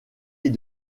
est